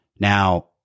Now